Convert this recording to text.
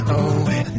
away